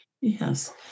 Yes